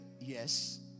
yes